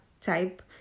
type